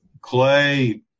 Clay